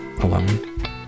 alone